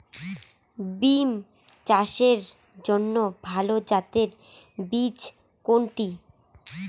বিম চাষের জন্য ভালো জাতের বীজ কোনটি?